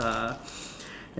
uh